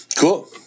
Cool